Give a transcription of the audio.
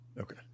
Okay